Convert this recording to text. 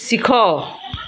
ଶିଖ